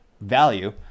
value